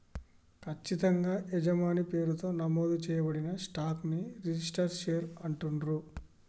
ఖచ్చితంగా యజమాని పేరుతో నమోదు చేయబడిన స్టాక్ ని రిజిస్టర్డ్ షేర్ అంటుండ్రు